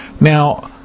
Now